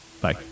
Bye